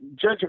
judge